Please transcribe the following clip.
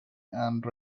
and